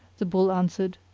the bull answered,